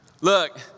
Look